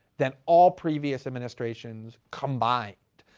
than all previous administrations combined.